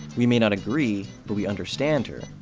we may not agree, but we understand her,